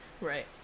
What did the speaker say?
Right